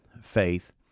faith